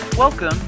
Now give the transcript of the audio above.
Welcome